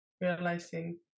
realizing